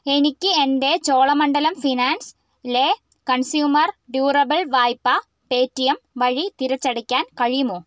എനിക്ക് എൻ്റെ ചോളമണ്ഡലം ഫിനാൻസ്ലേ കൺസ്യൂമർ ഡ്യൂറബിൾ വായ്പ പേറ്റിഎം വഴി തിരിച്ചടയ്ക്കാൻ കഴിയുമോ